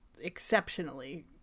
exceptionally